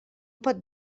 pot